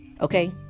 Okay